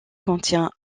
contient